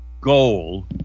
goal